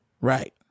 Right